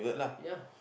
ya